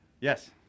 Yes